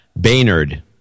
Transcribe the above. Baynard